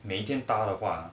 每天搭的话